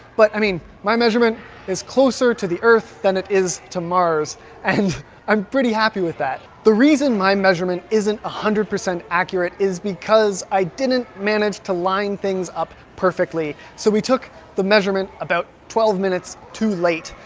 but i mean my measurement is closer to the earth than it is to mars and i'm pretty happy with that. the reason my measurement isn't a hundred percent accurate is because i didn't manage to line things up perfectly, so we took the measurement about twelve minutes too late,